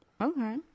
okay